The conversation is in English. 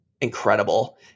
incredible